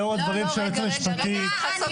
מבקש, גם בנושא הזה לטעון נושא חדש.